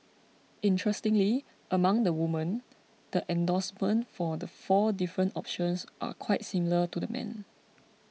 interestingly among the women the endorsement for the four different options are quite similar to the men